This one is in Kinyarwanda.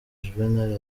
juvénal